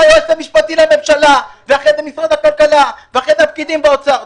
היועץ המשפטי לממשלה ואחרי זה משרד הכלכלה ואחרי זה הפקידים באוצר.